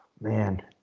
Man